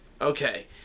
Okay